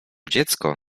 dziecko